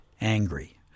angry